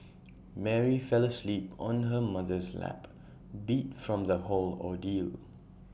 Mary fell asleep on her mother's lap beat from the whole ordeal